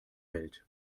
welt